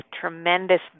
tremendous